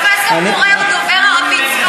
פרופסור מורה הוא דובר ערבית כשפת-אם.